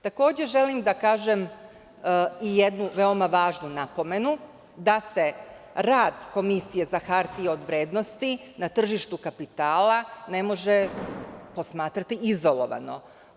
Takođe želim da kažem i jednu veoma važnu napomenu, da se rad Komisije za hartije od vrednosti na tržištu kapitala ne može posmatrati izolovano.